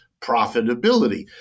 profitability